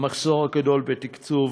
המחסור הגדול בתקצוב